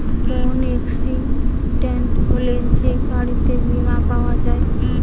কোন এক্সিডেন্ট হলে যে গাড়িতে বীমা পাওয়া যায়